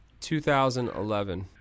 2011